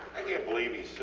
i cant believe he